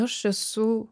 aš esu